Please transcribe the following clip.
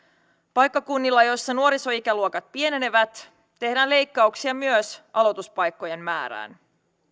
paikkakunnilla joissa nuorisoikäluokat pienenevät tehdään leikkauksia myös aloituspaikkojen määrään